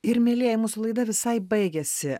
ir mielieji mūsų laida visai baigiasi